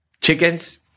chickens